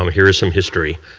um here is some history.